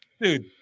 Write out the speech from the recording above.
Dude